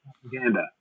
propaganda